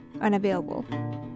unavailable